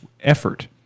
effort